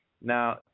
Now